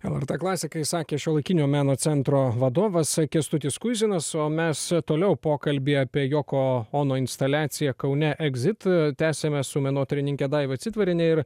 lrt klasikai sakė šiuolaikinio meno centro vadovas kęstutis kuizinas o mes toliau pokalbį apie joko ono instaliaciją kaune egs it tęsiame su menotyrininke daiva citvariene ir